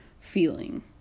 feeling